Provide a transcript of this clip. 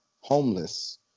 homeless